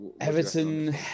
Everton